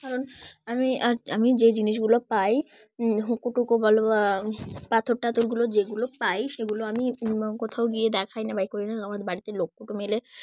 কারণ আমি আর আমি যে জিনিসগুলো পাই হুকো টুকো বলো বা পাথর টাথরগুলো যেগুলো পাই সেগুলো আমি কোথাও গিয়ে দেখাই না বাই করেি না আমাদের বাড়িতে লোকুটো মেলে